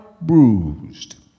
bruised